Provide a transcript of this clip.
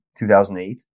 2008